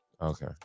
Okay